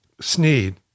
Sneed